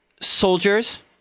soldiers